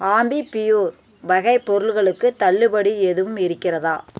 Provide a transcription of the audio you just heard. ஆம்பிப்பியூர் வகை பொருள்களுக்கு தள்ளுபடி எதுவும் இருக்கிறதா